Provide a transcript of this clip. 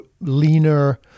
leaner